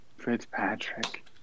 Fitzpatrick